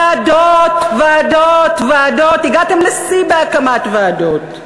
ועדות, ועדות, ועדות, הגעתם לשיא בהקמת ועדות.